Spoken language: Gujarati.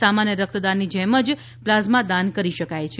સામાન્ય રક્તદાનની જેમ પ્લાઝમા દાન કરી શકાય છે